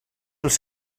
els